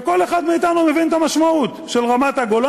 וכל אחד מאתנו מבין את המשמעות של רמת-הגולן,